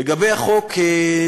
לגבי החוק,